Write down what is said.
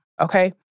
okay